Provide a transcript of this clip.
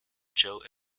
joe